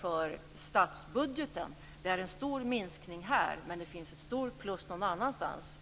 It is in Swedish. för statsbudgeten. Det är en stor minskning här, men det finns ett stort plus någon annanstans.